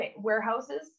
warehouses